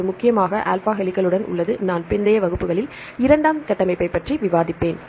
இது முக்கியமாக ஆல்பா ஹெலிகளுடன் உள்ளது நான் பிந்தைய வகுப்புகளில் இரண்டாம் கட்டமைப்பைப் பற்றி விவாதிப்பேன்